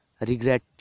regret